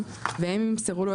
הם לא צריכים להשתכנע ששניהם קורים,